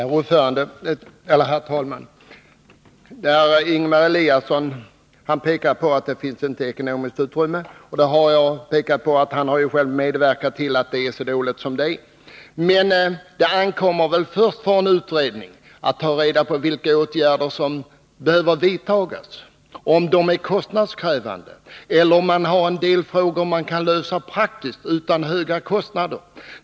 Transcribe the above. Herr talman! Ingemar Eliasson pekar på att det inte finns något ekonomiskt utrymme. Men han har ju själv medverkat — det har jag tidigare framhållit — till att det är så dåligt som det är. Det ankommer väl i första hand på en utredning att ta reda på vilka åtgärder som behöver vidtas, om de är kostnadskrävande eller om en del frågor kan lösas praktiskt, utan höga kostnader.